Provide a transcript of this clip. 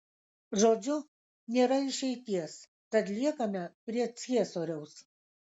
žodžiu nėra išeities tad liekame prie ciesoriaus